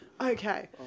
Okay